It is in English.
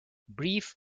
brief